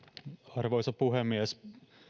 arvoisa puhemies